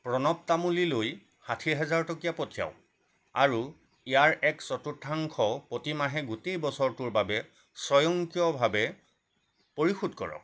প্ৰণৱ তামুলীলৈ ষাঠি হাজাৰ টকীয়া পঠিয়াওঁক আৰু ইয়াৰ এক চতুৰ্থাংশ প্ৰতিমাহে গোটেই বছৰটোৰ বাবে স্বয়ংক্ৰিয়ভাৱে পৰিশোধ কৰক